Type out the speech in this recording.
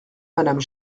madame